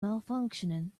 malfunctioning